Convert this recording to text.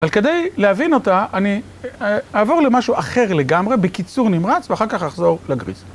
אבל כדי להבין אותה, אני אעבור למשהו אחר לגמרי, בקיצור נמרץ, ואחר כך אחזור לגריז.